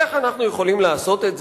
איך אנחנו יכולים לעשות את זה.